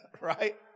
right